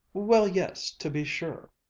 well, yes, to be sure,